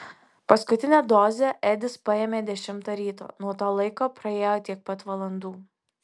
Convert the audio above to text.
paskutinę dozę edis paėmė dešimtą ryto nuo to laiko praėjo tiek pat valandų